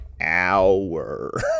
hour